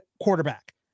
quarterback